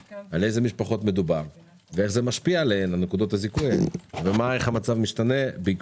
משפחות מדובר ואיך זה משפיע עליהן נקודות הזיכוי האלה ואיך המצב משתנה.